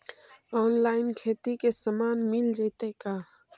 Online खेती के सामान मिल जैतै का?